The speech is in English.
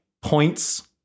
points